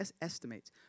estimates